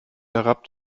herab